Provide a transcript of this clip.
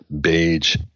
beige